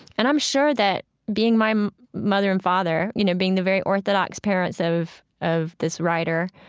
and i'm sure that being my mother and father, you know, being the very orthodox parents of of this writer,